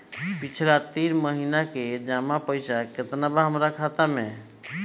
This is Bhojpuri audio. पिछला तीन महीना के जमा पैसा केतना बा हमरा खाता मे?